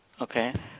Okay